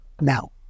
now